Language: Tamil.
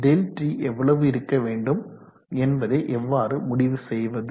ΔT எவ்வளவு இருக்க வேண்டும் என்பதை எவ்வாறு முடிவு செய்வது